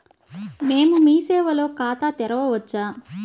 మేము మీ సేవలో ఖాతా తెరవవచ్చా?